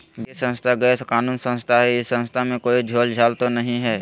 वित्तीय संस्था गैर कानूनी संस्था है इस संस्था में कोई झोलझाल तो नहीं है?